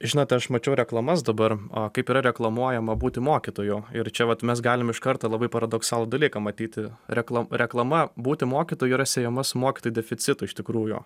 žinot aš mačiau reklamas dabar a kaip yra reklamuojama būti mokytoju ir čia vat mes galim iš karto labai paradoksalų dalyką matyti rekla reklama būti mokytoju yra sėjama su mokytojų deficitu iš tikrųjų